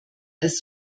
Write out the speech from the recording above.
als